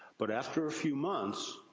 but after a few months,